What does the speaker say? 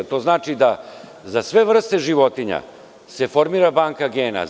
To znači da za sve vrste životinja se formira banka gena.